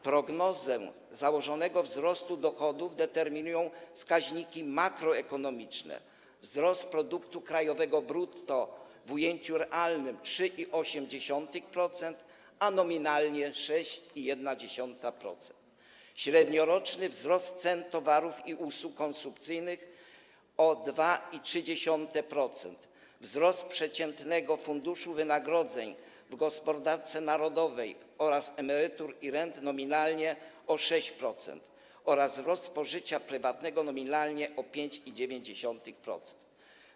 Prognozę założonego wzrostu dochodów determinują wskaźniki makroekonomiczne: wzrost produktu krajowego brutto w ujęciu realnym o 3,8%, a nominalnie o 6,1%, średnioroczny wzrost cen towarów i usług konsumpcyjnych o 2,3%, wzrost przeciętnego funduszu wynagrodzeń w gospodarce narodowej oraz emerytur i rent nominalnie o 6% oraz wzrost spożycia prywatnego nominalnie o 5,9%.